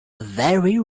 very